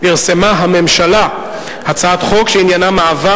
פרסמה הממשלה הצעת חוק שעניינה מעבר